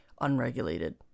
unregulated